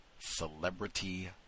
celebrity